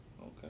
Okay